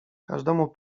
każdemu